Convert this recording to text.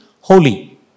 holy